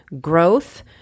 growth